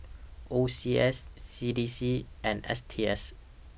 O C S C D C and S T S